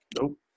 Nope